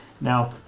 Now